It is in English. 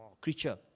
creature